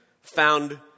found